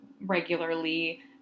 regularly